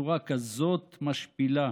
בצורה כזאת משפילה,